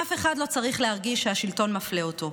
אף אחד לא צריך להרגיש שהשלטון מפלה אותו,